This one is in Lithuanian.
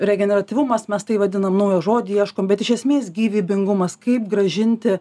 regeneratyvumas mes tai vadinam naują žodį ieškom bet iš esmės gyvybingumas kaip grąžinti